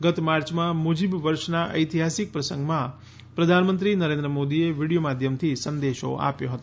ગત માર્ચમાં મુઝિબ વર્ષના ઐતિહાસિક પ્રસંગમાં પ્રધાનમંત્રી નરેન્દ્ર મોદીએ વીડિયો માધ્યમથી સંદેશો આપ્યો હતો